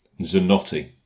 Zanotti